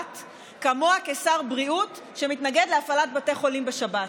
כמוה כשר בריאות שמתנגד להפעלת בתי חולים בשבת.